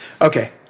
Okay